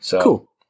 Cool